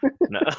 No